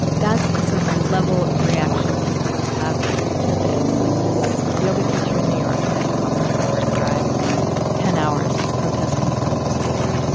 the sort of level of reaction people were having to this. like, this yoga teacher in new york wanted to hop in the car and drive ten hours to protest in front of the school